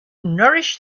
nourish